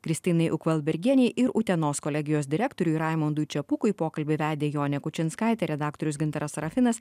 kristinai ukvalbergienei ir utenos kolegijos direktoriui raimundui čepukui pokalbį vedė jonė kučinskaitė redaktorius gintaras sarafinas